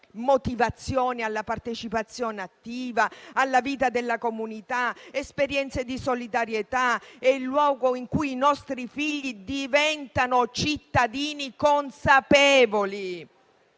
motivazione alla partecipazione attiva alla vita della comunità, esperienze di solidarietà. È il luogo in cui i nostri figli diventano cittadini consapevoli,